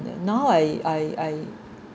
now I I I